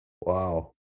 wow